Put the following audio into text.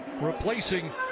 replacing